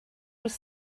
was